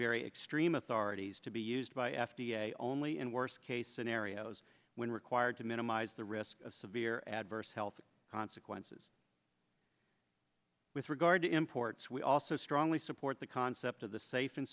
very extreme authorities to be used by f d a only in worst case scenarios when required to minimize the risk of severe adverse health consequences with regard to imports we also strongly support the concept of the safe and